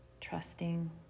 Trusting